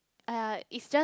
!aiya! it's just